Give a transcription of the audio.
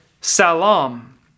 Salam